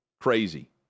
Crazy